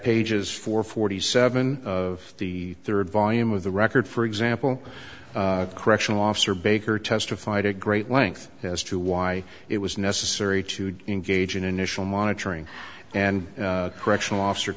pages four forty seven of the third volume of the record for example correctional officer baker testified to great length as to why it was necessary to engage in initial monitoring and correctional officer